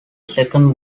second